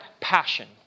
passion